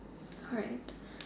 alright